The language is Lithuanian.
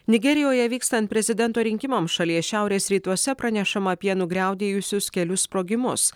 nigerijoje vykstant prezidento rinkimams šalies šiaurės rytuose pranešama apie nugriaudėjusius kelis sprogimus